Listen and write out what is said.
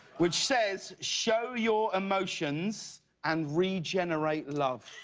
which says show your emotions and regenerate love.